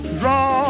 draw